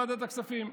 ועדת הכספים.